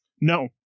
No